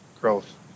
growth